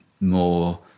more